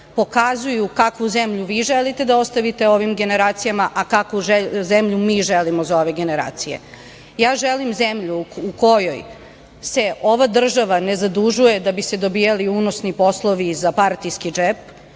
pokazuju kakvu zemlju vi želite da ostavite ovim generacijama, a kakvu zemlju mi želimo za ove generacije. Ja želim zemlju u kojoj se ova država ne zadužuje da bi se dobijali unosni poslovi za partijski džep.